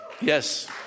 Yes